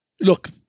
look